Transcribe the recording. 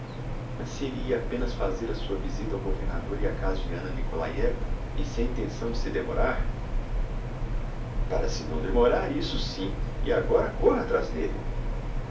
mas se elle ia apenas fazer a sua visita ao governador e a casa de anna nikolaievna e sem tenção de se demorar para se não demorar isso sim e agora corra atrás d'elle